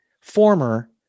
former